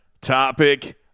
topic